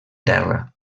terra